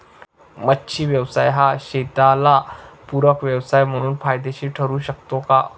मच्छी व्यवसाय हा शेताला पूरक व्यवसाय म्हणून फायदेशीर ठरु शकतो का?